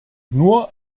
nur